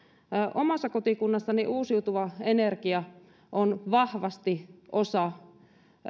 omassa kotikunnassani uusiutuva energia on vahvasti osa